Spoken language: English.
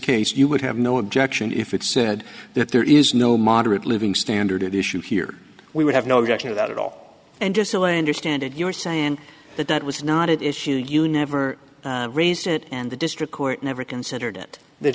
case you would have no objection if it said that there is no moderate living standard issue here we would have no objection to that at all and just cylinder standard you're saying that that was not at issue you never raised it and the district court never considered it the